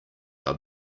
are